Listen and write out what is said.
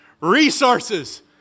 resources